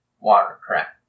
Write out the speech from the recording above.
watercraft